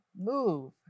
move